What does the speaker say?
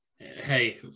Hey